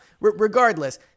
Regardless